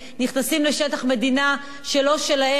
נכנסים לשטח מדינה שלא שלהם,